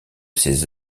ses